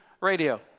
Radio